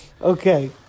Okay